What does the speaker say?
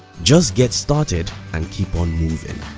just get started and keep on moving.